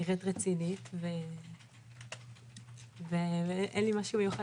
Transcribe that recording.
נראית רצינית ואין לי משהו מיוחד.